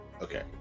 okay